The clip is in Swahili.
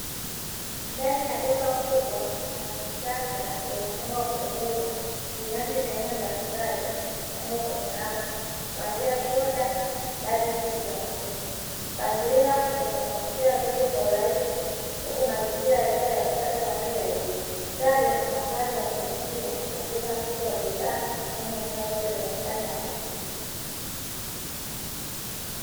Ndani ya duka kubwa na la kisasa lenye mlango wa kupendeza, vinywaji vya aina mbalimbali vimepangwa kwenye rafu, kuanzia soda hadi juisi za matunda. Mpangilio wake unavutia wateja kwa urahisi, huku mazingira yakiwa ya usafi wa hali ya juu. Taa zenye mwangaza wa kuvutia, huongeza mvuto wa bidha na kufanya eneo lote lionekane la kuvutia.